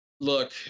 Look